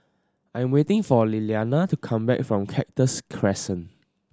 I am waiting for Lilliana to come back from Cactus Crescent